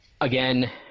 again